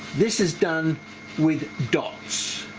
this is done with dots